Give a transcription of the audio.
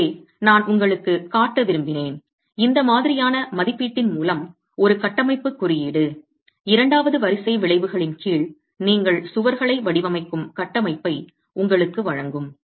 எனவே நான் உங்களுக்குக் காட்ட விரும்பினேன் இந்த மாதிரியான மதிப்பீட்டின் மூலம் ஒரு கட்டமைப்புக் குறியீடு இரண்டாவது வரிசை விளைவுகளின் கீழ் நீங்கள் சுவர்களை வடிவமைக்கும் கட்டமைப்பை உங்களுக்கு வழங்கும்